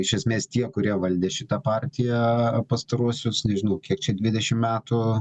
iš esmės tie kurie valdė šitą partiją pastaruosius nežinau kiek čia dvidešim metų